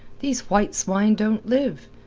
these white swine don't live.